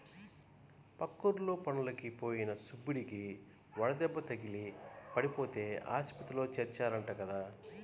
పక్కూర్లో పనులకి పోయిన సుబ్బడికి వడదెబ్బ తగిలి పడిపోతే ఆస్పత్రిలో చేర్చారంట కదా